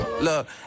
Look